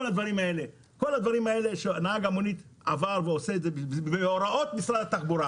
כל הדברים האלה נהג מונית עושה בהוראת משרד התחבורה.